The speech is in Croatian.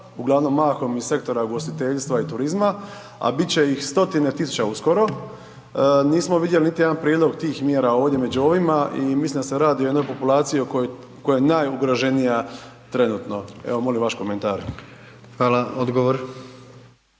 uglavnom mahom iz sektora ugostiteljstva i turizma, a bit će ih stotine tisuća uskoro, nismo vidjeli niti jedan prijedlog tih mjera ovdje među ovima i mislim da se radi o jednoj populaciji koja je najugroženija trenutno. Evo molim vaš komentar. **Jandroković,